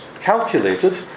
calculated